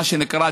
מה שנקרא,